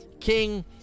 king